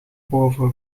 boven